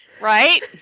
right